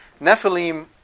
Nephilim